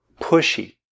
pushy